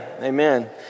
Amen